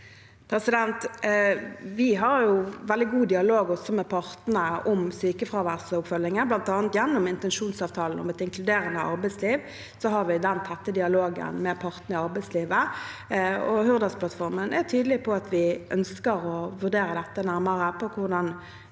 Vi har vel- dig god dialog med partene om sykefraværsoppfølgingen. Blant annet gjennom intensjonsavtalen om et inkluderende arbeidsliv har vi tett dialog med partene i arbeidslivet. I Hurdalsplattformen er vi tydelige på at vi ønsker å vurdere nærmere hvordan